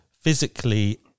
physically